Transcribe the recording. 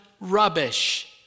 rubbish